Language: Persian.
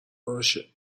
باشه